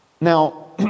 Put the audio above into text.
Now